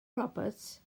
roberts